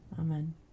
Amen